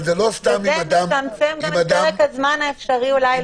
וזה מצמצם גם את פרק הזמן האפשרי אולי לסגירה.